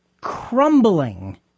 crumbling